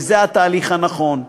וזה התהליך הנכון.